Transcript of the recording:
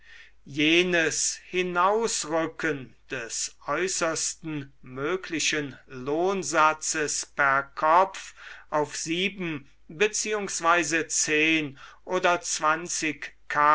jenes hinausrücken des äußersten möglichen lohnsatzes per kopf auf sieben beziehungsweise zehn oder